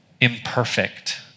imperfect